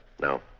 No